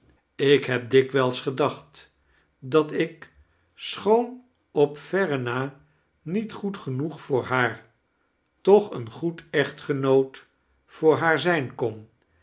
ik heb dikwijls gedacht dat ik schoon op verre na niet goed genoeg voor haar toch een goed eehtgenoot voor liaar zijn kon